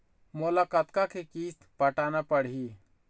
मोला कतका के किस्त पटाना पड़ही?